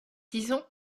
disons